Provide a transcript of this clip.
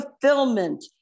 fulfillment